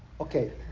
Okay